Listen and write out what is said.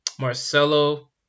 Marcelo